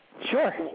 Sure